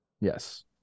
Yes